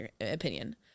opinion